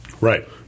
Right